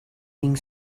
being